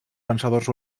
vencedors